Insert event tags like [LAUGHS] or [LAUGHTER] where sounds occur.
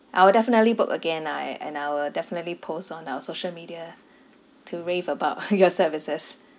I will definitely book again ah a~ and I will definitely post on our social media to rave about [LAUGHS] your services